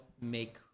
make